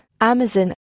Amazon